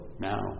now